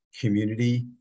community